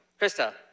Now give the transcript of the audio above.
Krista